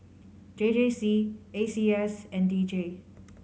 J J C A C S and D J